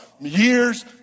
years